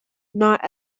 not